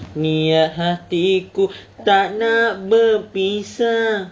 niat hatiku tak nak berpisah